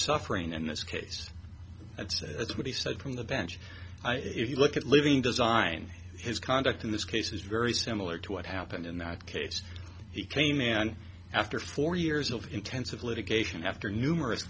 suffering in this case that says what he said from the bench if you look at living design his conduct in this case is very similar to what happened in that case he came in and after four years of intensive litigation after numerous